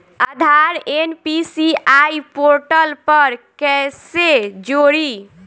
आधार NPCI portal पर कईसे जोड़ी?